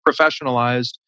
professionalized